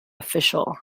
official